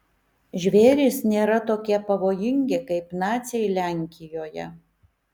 žvėrys nėra tokie pavojingi kaip naciai lenkijoje